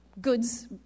goods